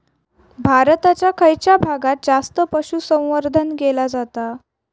भारताच्या खयच्या भागात जास्त पशुसंवर्धन केला जाता?